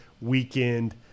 weekend